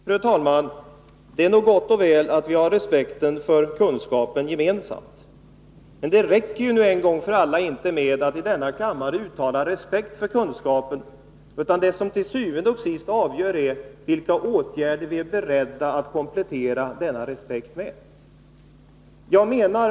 Fru talman! Det är gott och väl att vi har respekten för kunskapen gemensam. Men det räcker en gång för alla inte att i denna kammare uttala respekt för kunskapen, utan det som til syvende og sidst avgör är vilka åtgärder vi är beredda att komplettera denna respekt med.